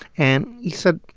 and he said,